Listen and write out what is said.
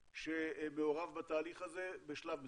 שמעורב בתהליך הזה בשלב מסוים?